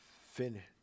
finish